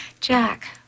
Jack